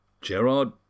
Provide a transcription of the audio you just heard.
Gerard